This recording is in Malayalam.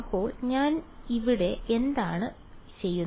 അപ്പോൾ ഞാൻ എന്താണ് ചെയ്യുന്നത്